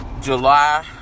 July